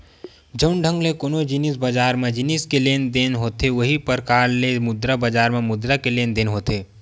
जउन ढंग ले कोनो जिनिस बजार म जिनिस के लेन देन होथे उहीं परकार ले मुद्रा बजार म मुद्रा के लेन देन होथे